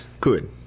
Good